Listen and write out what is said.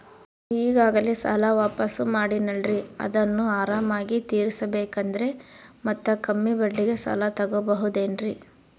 ನಾನು ಈಗಾಗಲೇ ಸಾಲ ವಾಪಾಸ್ಸು ಮಾಡಿನಲ್ರಿ ಅದನ್ನು ಆರಾಮಾಗಿ ತೇರಿಸಬೇಕಂದರೆ ಮತ್ತ ಕಮ್ಮಿ ಬಡ್ಡಿಗೆ ಸಾಲ ತಗೋಬಹುದೇನ್ರಿ?